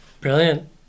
Brilliant